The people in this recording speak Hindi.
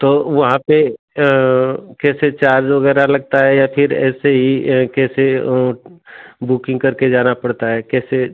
तो वहाँ पर कैसे चार्ज वगैरह लगता है या फिर ऐसे ही कैसे वह बुकिंग करके जाना पड़ता है कैसे